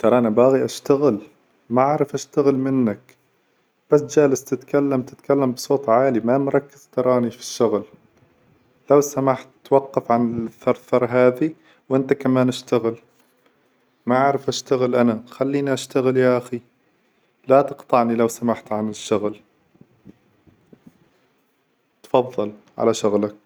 ترى أنا باغي اشتغل، ما عرف اشتغل منك، بس جالس تتكلم تتكلم بصوت عالي ما مركز تراني في الشغل، لو سمحت توقف عن الثرثر هذي وإنت كمان اشتغل، ما عرف اشتغل أنا خليني اشتغل يا أخي، لا تقطعني لو سمحت عن الشغل، تفظل على شغلك.